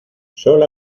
sol